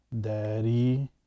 Daddy